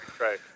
Right